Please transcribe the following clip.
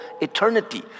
eternity